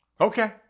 Okay